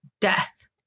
death